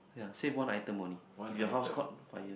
ya save one item only if your house caught fire